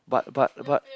but but but